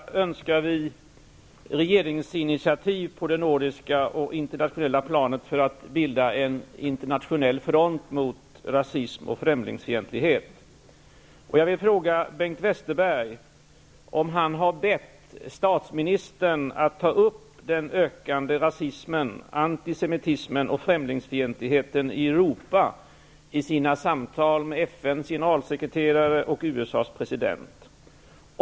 Herr talman! Från socialdemokratisk sida önskar vi regeringsinitiativ på det nordiska och internationella planet för att bilda en internationell front mot rasism och främlingsfientlighet. Jag vill fråga Bengt Westerberg om han har bett statsministern att ta upp frågan om den ökande rasismen, antisemitismen och främlingsfientligheten i Europa i sina samtal med FN:s generalsekreterare och USA:s president.